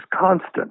constant